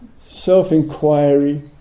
self-inquiry